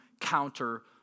counter